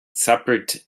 zappelt